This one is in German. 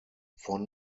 von